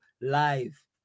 live